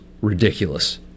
ridiculous